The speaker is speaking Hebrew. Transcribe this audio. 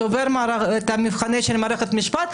עובר את המבחנים של מערכת המשפט,